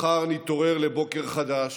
מחר נתעורר לבוקר חדש,